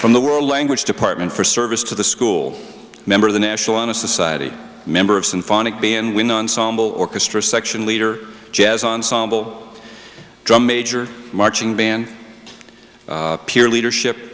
from the world language department for service to the school member of the national honor society member of symphonic b and wind ensemble orchestra section leader jazz ensemble drum major marching band peer leadership